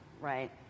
right